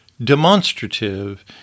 demonstrative